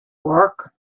work